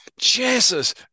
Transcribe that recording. jesus